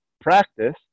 practice